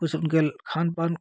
कुछ उनके खानपान